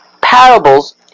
parables